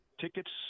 tickets